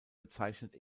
bezeichnet